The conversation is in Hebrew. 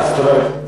זאת אומרת,